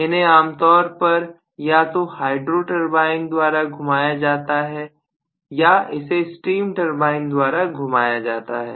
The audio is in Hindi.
तो इन्हें आम तौर पर या तो हाइड्रो टर्बाइन द्वारा घुमाया जाता है या इसे स्टीम टर्बाइन द्वारा घुमाया जाता है